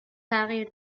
تغییر